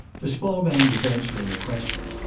the small man was answering a question.